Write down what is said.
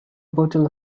bottle